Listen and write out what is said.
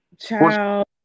Child